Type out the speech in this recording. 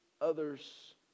others